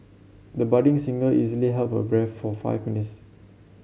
the budding singer easily held her breath for five minutes